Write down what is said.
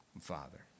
father